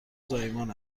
زایمان